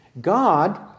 God